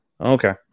Okay